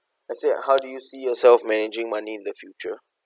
I said how do you see yourself managing money in the future